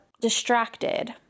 distracted